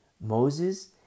moses